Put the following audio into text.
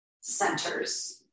centers